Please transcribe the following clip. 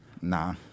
Nah